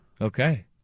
Okay